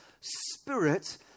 spirit